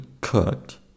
cooked